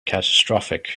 catastrophic